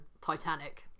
titanic